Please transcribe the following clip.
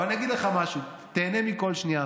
אבל אני אגיד לך משהו: תיהנה מכל שנייה,